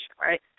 right